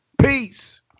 Peace